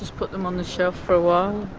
put them on the shelf for a while.